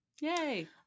yay